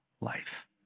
life